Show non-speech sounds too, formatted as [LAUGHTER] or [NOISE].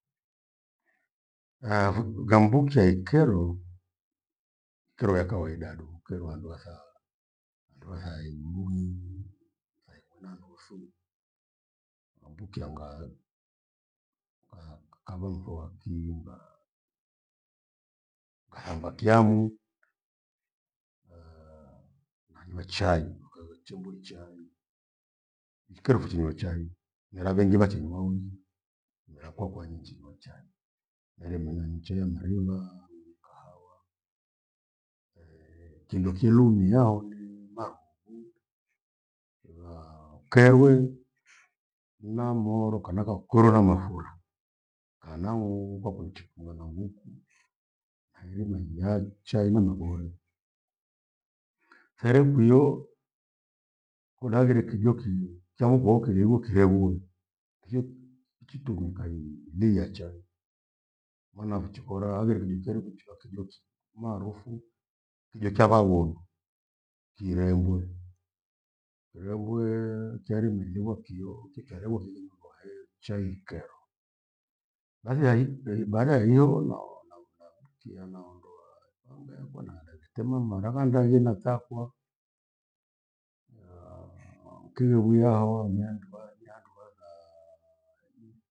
Ka- vu- kambukia ikero ikero yakawaida duu. Ikwerwa yakawaida duu ikwerwa handu wathaa. Mndu wathae mbunyi ithaiku na nuthu umbukia ghara kava mthowatiimba kwathamba kiamu [HESITATION] nainywa chai ukaghachimbu chai. Chikeri fuchinywa chai mira vengi vachenywa unywi mira kwakwa ni njiwa chai. Hera mimina ni chai ya mariva, nikahawa eeh! kindu kilumia haonii ni marughu va- kerwe na moro kana kakorwo na mafura. Kana [UNINTELLIGIBLE] kwakuntifuna na nguku nahirima hiacha ina mabore herekwio kulaghire kijo kiyoo chavokoo kiregwe- kiregwe vie chitukuka imwi lia chai. Maana fichikora haghire kijo kyejikukheri kuchi kwakijoki, maarufu kijo kya vaghonu kirebwe. Kirembwe kyarime ilivya kio kikariwa hii mndu hae chai ikerwa bathi hai, beri baada ya hiyo una- una kia naondoa naumbea kwa nare netema mara khandahila thakwa naa kiwewia hawa nihandu vaniandu- vava